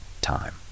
time